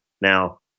Now